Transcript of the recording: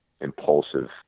impulsive